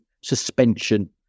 suspension